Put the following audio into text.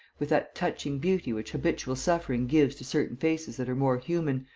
with that touching beauty which habitual suffering gives to certain faces that are more human,